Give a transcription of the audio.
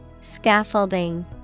Scaffolding